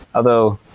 although,